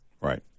Right